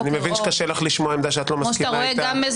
אני מבין שקשה לך לשמוע עמדה שאת לא מסכימה לה.